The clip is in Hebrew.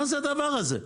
מה זה הדבר הזה?